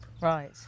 Right